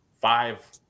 five